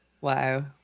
Wow